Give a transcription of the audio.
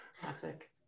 Classic